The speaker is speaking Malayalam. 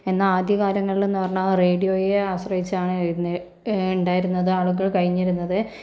എന്നാൽ ആദ്യകാലങ്ങളിലെന്ന് പറഞ്ഞാൽ റേഡിയോയെ ആശ്രയിച്ചാണ് എഴുനെ ഉണ്ടായിരുന്നത് ആളുകൾ കഴിഞ്ഞിരുന്നത്